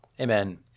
amen